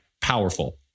powerful